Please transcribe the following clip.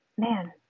Man